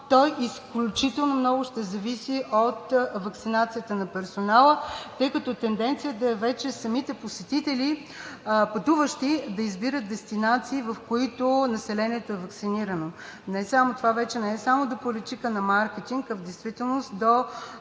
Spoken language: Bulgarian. той изключително много ще зависи от ваксинацията на персонала, тъй като тенденцията е вече самите посетители, пътуващи, да избират дестинации, в които населението е ваксинирано. Това вече не е само до политика на маркетинг, а в действителност до